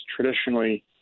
traditionally